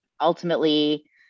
ultimately